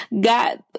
God